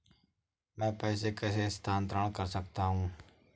मैं पैसे कैसे स्थानांतरण कर सकता हूँ?